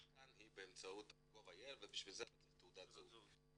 כאן היא באמצעות GOV.IL ובשביל זה אתה צריך תעודת זהות.